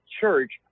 church